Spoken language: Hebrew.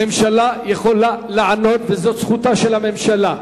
הממשלה יכולה לענות, וזאת זכותה של הממשלה.